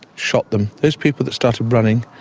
shot them. those people that started running,